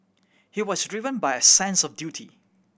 he was driven by a sense of duty